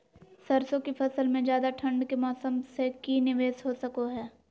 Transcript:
सरसों की फसल में ज्यादा ठंड के मौसम से की निवेस हो सको हय?